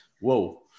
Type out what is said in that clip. Whoa